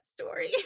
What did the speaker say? story